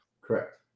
Correct